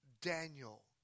Daniel